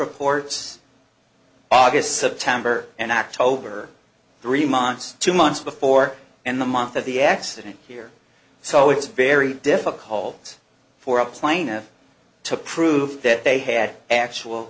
records august september and october three months two months before and the month of the accident here so it's very difficult for a plaintiff to prove that they had actual